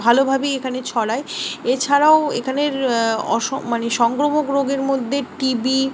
ভালোভাবেই এখানে ছড়ায় এছাড়াও এখানের মানে সংক্রমক রোগের মধ্যে টিবি